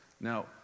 Now